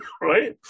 Right